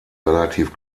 relativ